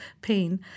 pain